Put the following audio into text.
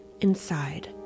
inside